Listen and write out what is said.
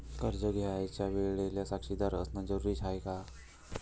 कर्ज घ्यायच्या वेळेले साक्षीदार असनं जरुरीच हाय का?